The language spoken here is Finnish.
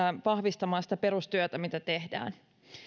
vahvistamaan sitä perustyötä mitä tehdään